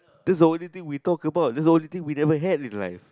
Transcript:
this the only thing we talk about this the only thing we ever had in life